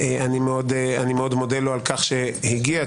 אני מאוד מודה לו על כך שהגיע,